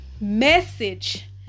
message